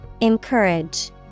Encourage